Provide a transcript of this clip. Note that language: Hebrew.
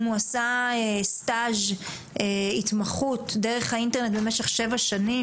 אם הוא עשה התמחות דרך האינטרנט במשך שבע שנים,